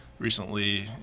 recently